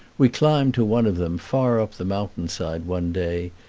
we climbed to one of them far up the mountain-side one day,